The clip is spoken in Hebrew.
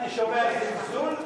אני שומע זלזול?